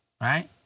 right